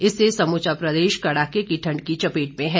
इससे समूचा प्रदेश कड़ाके की ठंड की चपेट में है